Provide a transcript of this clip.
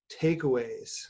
takeaways